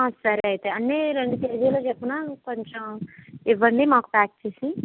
సరే అయితే అన్నీ రెండు కేజీల చొప్పున కొంచెం ఇవ్వండి మాకు ప్యాక్ చేసి